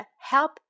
Help